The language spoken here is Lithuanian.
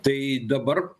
tai dabar